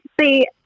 See